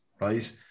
right